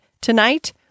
Tonight